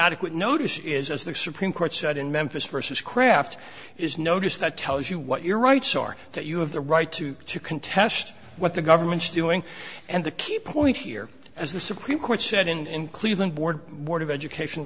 adequate notice is as the supreme court said in memphis versus kraft is notice that tells you what your rights are that you have the right to contest what the government's doing and the key point here as the supreme court said in cleveland board of education